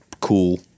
cool